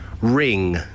ring